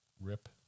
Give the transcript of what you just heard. Rip